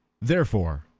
therefore,